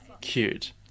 Cute